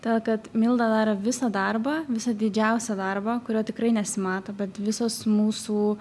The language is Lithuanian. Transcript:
tėl kad milda daro visą darbą visą didžiausią darbą kurio tikrai nesimato bet visos mūsų